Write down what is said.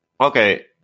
Okay